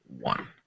one